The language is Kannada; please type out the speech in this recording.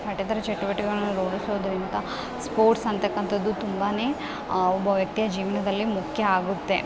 ಪಠ್ಯೇತರ ಚಟುವಟಿಕೆಗಳನ್ನ ರೂಢಿಸೋದರಿಂದ ಸ್ಪೋರ್ಟ್ಸ್ ಅನ್ತಕ್ಕಂಥದ್ದು ತುಂಬಾ ಒಬ್ಬ ವ್ಯಕ್ತಿಯ ಜೀವನದಲ್ಲಿ ಮುಖ್ಯ ಆಗುತ್ತೆ